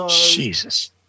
Jesus